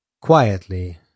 Quietly